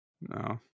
No